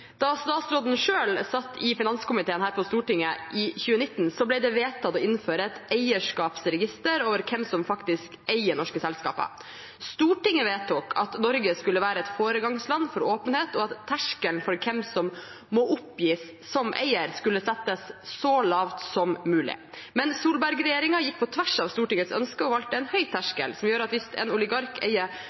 Da statsråden selv satt i finanskomiteen her på Stortinget i 2019, ble det vedtatt å innføre et eierskapsregister over hvem som faktisk eier norske selskaper. Stortinget vedtok at Norge skulle være et foregangsland for åpenhet, og at terskelen for hvem som må oppgis som eier, skulle settes så lavt som mulig. Men Solberg-regjeringen gikk på tvers av Stortingets ønske og valgte en høy terskel, som gjør at hvis en oligark